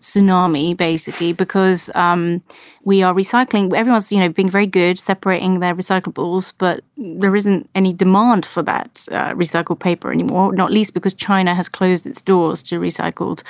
sunaj me, basically because um we are recycling everyone's, you know, being very good separating their recyclables. but there isn't any demand for that recycled paper anymore, not least because china has closed its doors to recycled